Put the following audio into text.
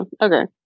okay